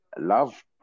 love